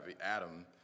Adam